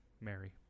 Mary